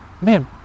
man